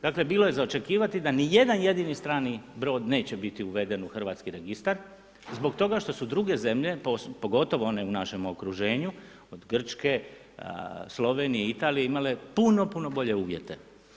Dakle, bilo je za očekivati, da ni jedan jedini strani brod neće biti uveden u hrvatski registar, zbog toga što su druge zemlje, pogotovo one u našem okruženju, od Grčke, Slovenije, Italije, imale puno puno bolje uvjete.